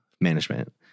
Management